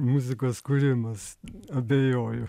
muzikos kūrimas abejoju